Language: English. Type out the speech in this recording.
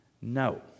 No